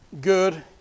good